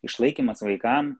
išlaikymas vaikam